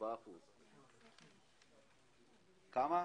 4%. 7%,